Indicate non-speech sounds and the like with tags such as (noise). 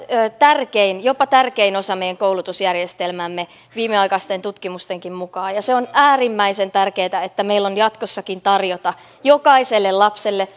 jopa tärkein osa meidän koulutusjärjestelmäämme viimeaikaisten tutkimustenkin mukaan ja on äärimmäisen tärkeätä että meillä on jatkossakin tarjota jokaiselle lapselle (unintelligible)